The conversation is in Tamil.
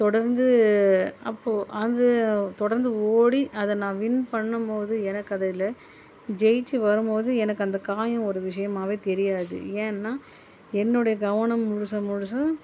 தொடர்ந்து அப்போது அது தொடர்ந்து ஓடி அதை நான் வின் பண்ணும் போது எனக்கு அதில் ஜெயித்து வரும் போது எனக்கு அந்த காயம் ஒரு விஷயமாவே தெரியாது ஏன்னால் என்னுடைய கவனம் முழுசு முழுசு